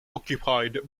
occupied